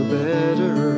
better